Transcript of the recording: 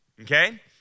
okay